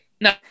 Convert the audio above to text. No